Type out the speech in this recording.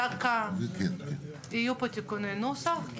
זה הפרק הנוסף.